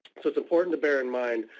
so it's important to bear in mind,